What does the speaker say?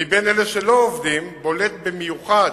בין אלה שלא עובדים בולט במיוחד